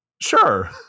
Sure